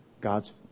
God's